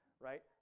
right